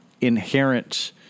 inherent –